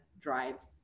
drives